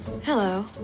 Hello